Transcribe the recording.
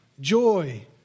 joy